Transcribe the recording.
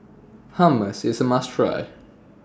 Hummus IS A must Try